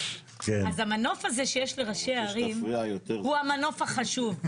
אז המנוף הזה שיש לראשי הערים הוא המנוף החשוב.